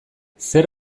zer